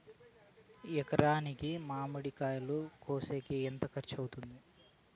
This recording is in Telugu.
ఒక ఎకరాకి మామిడి కాయలు కోసేకి ఎంత ఖర్చు వస్తుంది?